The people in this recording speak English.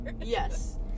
Yes